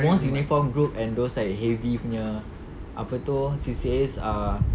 most uniformed groups and those like heavy punya apa tu C_C_A are